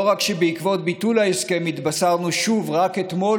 לא רק שבעקבות ביטול ההסכם התבשרנו שוב רק אתמול